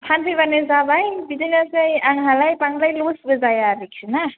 फानफैबानो जाबाय बिदिनोसै आंहालाय बांद्राय लसबो जाया आरोखिना